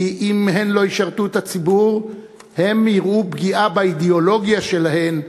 כי אם הן לא ישרתו את הציבור הן יראו פגיעה באידיאולוגיה שלהן,